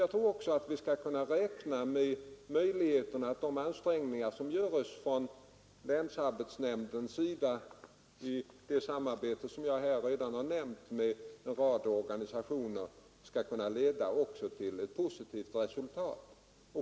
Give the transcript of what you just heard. Jag tror också att vi kan räkna med att de ansträngningar som länsarbetsnämnden gör i samarbete med en rad organisationer skall leda till ett positivt resultat.